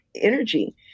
energy